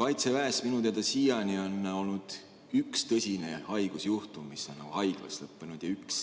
Kaitseväes on minu teada siiani olnud üks tõsine haigusjuhtum, mis on haiglas lõppenud, ja üks